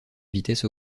vitesse